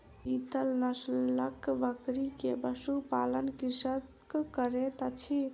बीतल नस्लक बकरी के पशु पालन कृषक करैत अछि